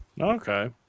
Okay